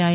I